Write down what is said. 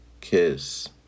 kiss